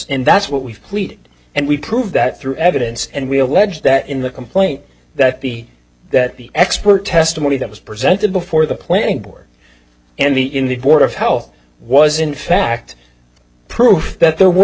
and that's what we've pleaded and we prove that through evidence and we allege that in the complaint that the that the expert testimony that was presented before the planning board and the in the board of health was in fact proof that there were